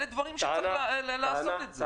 אלה דברים שצריך לעשות.